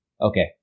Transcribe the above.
Okay